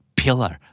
pillar